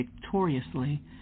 victoriously